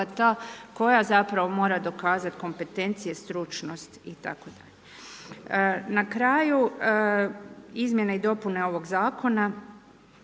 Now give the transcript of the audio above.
koja zapravo mora dokazati kompetencije, stručno itd. Na kraju izmjene i dopune ovog zakona,